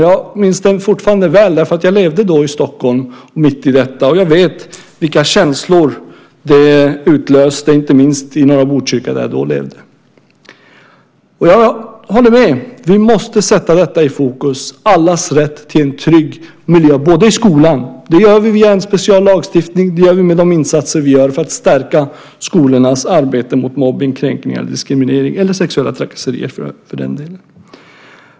Jag minns det fortfarande väl därför att jag levde i Stockholm mitt i detta, och jag vet vilka känslor det utlöste, inte minst i norra Botkyrka där jag bodde. Jag håller med om att vi måste sätta allas rätt till en trygg miljö i fokus. I skolan gör vi det via en speciell lagstiftning. Vi gör det med våra insatser för att stärka skolornas arbete mot mobbning, kränkning och diskriminering, eller sexuella trakasserier för den delen.